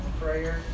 prayer